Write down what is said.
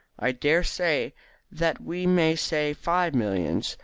i dare say that we may say five millions,